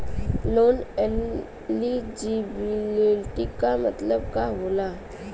Loan eligibility का मतलब का होला?